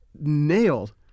nailed